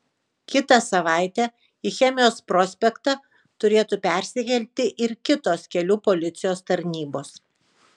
kitą savaitę į chemijos prospektą turėtų persikelti ir kitos kelių policijos tarnybos